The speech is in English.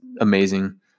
amazing